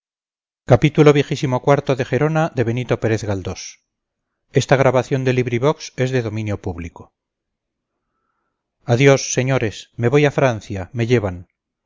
adiós señores me voy a francia me llevan